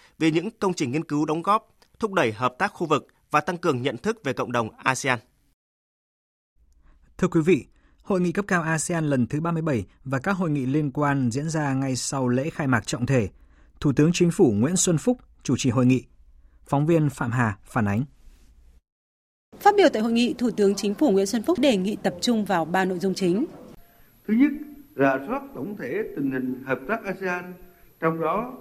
vì những công trình nghiên cứu đóng góp, thúc đẩy hợp tác khu vực và tăng cường nhận thức về cộng đồng ASEAN. Thưa quý vị, Hội nghị cấp cao ASEAN lần thứ 37 và các hội nghị liên quan diễn ra ngay sau lễ khai mạc trọng thể. Thủ tướng Chính phủ Nguyễn Xuân Phúc chủ trì hội nghị. Phóng viên Phạm Hà phản ánh. Phát biểu tại hội nghị, Thủ tướng Chính phủ Nguyễn Xuân Phúc đề nghị tập trung vào ba nội dung chính. Thứ nhất, rà soát tổng thể tình hình hợp tác ASEAN, trong đó